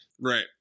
Right